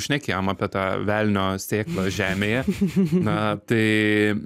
šnekėjom apie tą velnio sėklą žemėje na tai